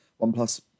OnePlus